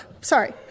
sorry